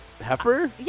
Heifer